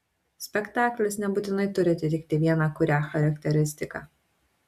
spektaklis nebūtinai turi atitikti vieną kurią charakteristiką